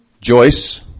Joyce